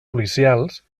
policials